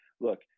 Look